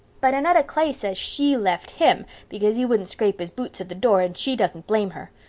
but annetta clay says she left him because he wouldn't scrape his boots at the door and she doesn't blame her.